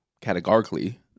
Categorically